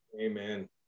Amen